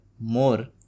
more